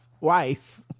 wife